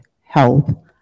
health